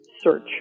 search